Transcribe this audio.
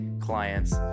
clients